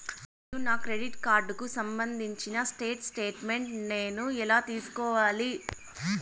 నేను నా క్రెడిట్ కార్డుకు సంబంధించిన స్టేట్ స్టేట్మెంట్ నేను ఎలా తీసుకోవాలి?